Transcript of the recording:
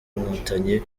nkotanyi